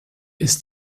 ist